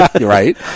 Right